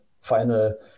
final